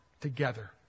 Together